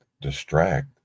distract